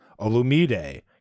Olumide